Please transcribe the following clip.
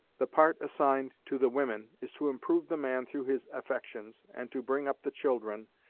the part assigned to the women is to improve the man through his affections, and to bring up the children,